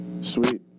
sweet